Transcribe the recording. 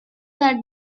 had